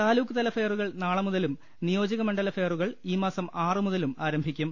താലൂക്ക്തല ഫെയറുകൾ നാളെമുതലും നിയോജക മണ്ഡല ഫെയറുകൾ ഈ മാസം ആറുമുതലും ആരംഭിക്കും